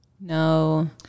no